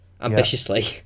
ambitiously